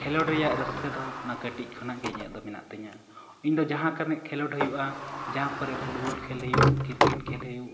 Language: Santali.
ᱠᱷᱮᱞᱳᱰ ᱨᱮᱭᱟᱜ ᱨᱟᱹᱥᱠᱟᱹ ᱫᱚ ᱚᱱᱟ ᱠᱟᱹᱴᱤᱡ ᱠᱷᱚᱱᱟᱜ ᱜᱮ ᱧᱟᱜ ᱫᱚ ᱢᱮᱱᱟᱜ ᱛᱤᱧᱟ ᱤᱧ ᱫᱚ ᱡᱟᱦᱟᱸ ᱞᱮᱠᱟᱱᱟᱜ ᱠᱷᱮᱞᱳᱰ ᱦᱩᱭᱩᱜᱼᱟ ᱡᱟᱦᱟᱸ ᱠᱚᱨᱮ ᱯᱷᱩᱴᱵᱚᱞ ᱠᱷᱮᱞ ᱦᱩᱭᱩᱜ ᱠᱤᱨᱠᱮᱴ ᱠᱷᱮᱞ ᱦᱩᱭᱩᱜ